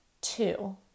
Two